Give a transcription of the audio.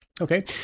Okay